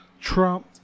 Trump